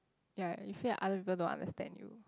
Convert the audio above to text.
ya you feel like other people don't understand you